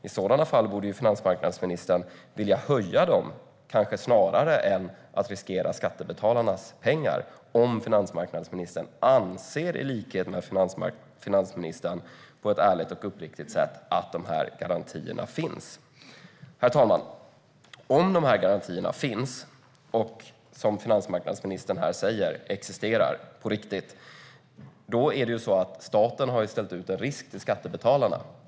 I sådana fall borde finansmarknadsministern vilja höja dem kanske snarare än att riskera skattebetalarnas pengar om finansmarknadsministern i likhet med finansministern på ett ärligt och uppriktigt sätt anser att dessa garantier finns. Herr talman! Om garantierna, som finansmarknadsministern säger, existerar på riktigt har ju staten ställt ut en risk till skattebetalarna.